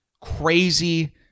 crazy